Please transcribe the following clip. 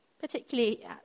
Particularly